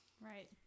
Right